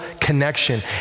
connection